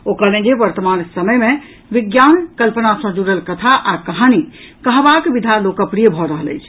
ओ कहलनि जे वर्तमान समय मे विज्ञान कल्पना सॅ जुड़ल कथा आ कहानी कहवाक विधा लोकप्रिय भऽ रहल अछि